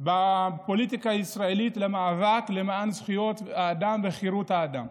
בפוליטיקה הישראלית על מאבק למען זכויות האדם וחירות האדם,